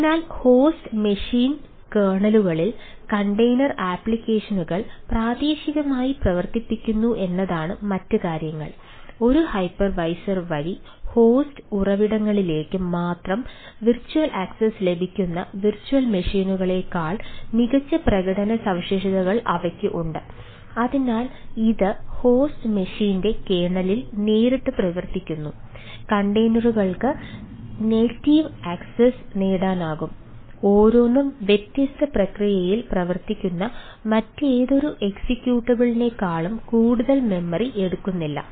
അതിനാൽ ഹോസ്റ്റ് മെഷീന്റെ കേർണലിൽ എടുക്കുന്നില്ല